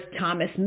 Thomas